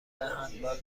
هندبال